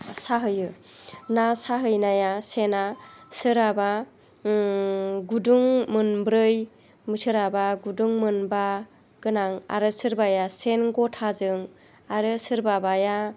साहैयो ना साहैनाया सेना सोरहाबा गुदुं मोनब्रै सोरहाबा गुदुं मोनबा गोनां आरो सोरबाया सेन गथाजों आरो सोरबाबाया